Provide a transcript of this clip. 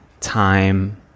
time